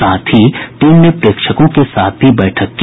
साथ ही टीम ने प्रेक्षकों के साथ भी बैठक की